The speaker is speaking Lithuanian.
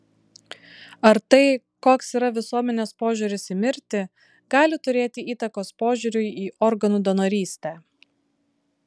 ar tai koks yra visuomenės požiūris į mirtį gali turėti įtakos požiūriui į organų donorystę